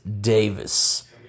Davis